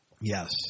Yes